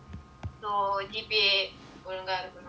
so gpa ஒழுங்கா இருக்கனும்:olungaa irukkanum